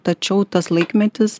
tačiau tas laikmetis